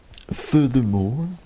furthermore